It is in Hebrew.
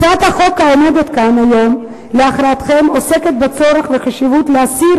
הצעת החוק העומדת כאן להכרעתכם עוסקת בצורך ובחשיבות להסיר